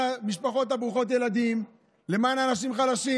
המשפחות ברוכות הילדים ולמען אנשים חלשים.